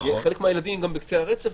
חלק מהילדים בקצה הרצף,